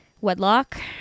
wedlock